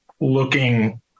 looking